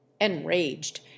enraged